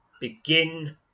Begin